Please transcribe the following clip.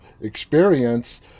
experience